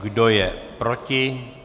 Kdo je proti?